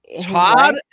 Todd